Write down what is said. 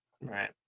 Right